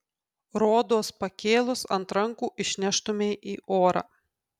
rodos pakėlus ant rankų išneštumei į orą